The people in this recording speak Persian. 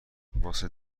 واسه